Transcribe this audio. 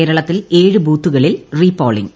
കേരളത്തിൽ ഏഴ് ബൂത്തുകളിൽ റീ പോളിംഗ്